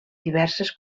diverses